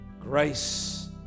grace